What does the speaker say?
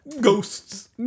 Ghosts